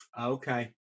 Okay